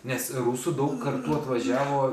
nes rusų daug kartų atvažiavo